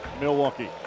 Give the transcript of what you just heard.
Milwaukee